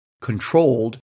Controlled